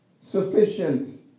sufficient